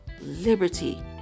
liberty